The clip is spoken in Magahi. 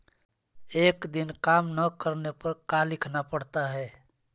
एक दिन काम न करने पर का लिखना पड़ता है?